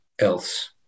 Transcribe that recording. else